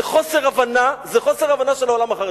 זה חוסר הבנה של העולם החרדי,